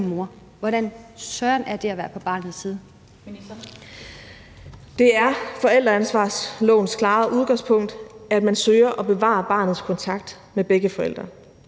og ældreministeren (Astrid Krag): Det er forældreansvarslovens klare udgangspunkt, at man søger at bevare barnets kontakt med begge forældre.